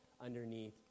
underneath